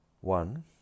One